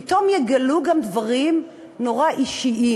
פתאום יגלה גם דברים נורא אישיים.